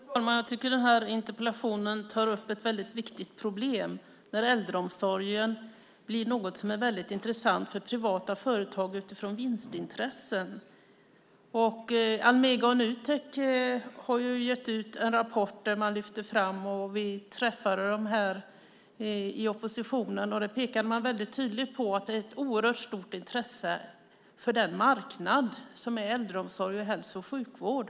Fru talman! Jag tycker att den här interpellationen tar upp ett väldigt viktigt problem. Äldreomsorgen blir någonting som är väldigt intressant för privata företag utifrån vinstintressen. Almega och Nutek har gett ut en rapport - vi i oppositionen träffade dem - och man pekade väldigt tydligt på att det är ett oerhört stort intresse för den marknad som utgörs av äldreomsorg och hälso och sjukvård.